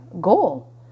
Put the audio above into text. goal